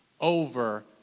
over